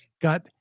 Got